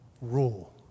rule